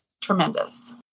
tremendous